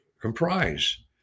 comprise